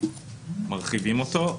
מרחיבים אותו.